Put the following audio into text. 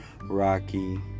rocky